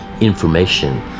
information